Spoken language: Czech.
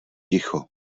ticho